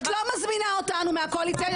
את לא מזמינה אותנו מהקואליציה.